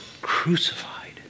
crucified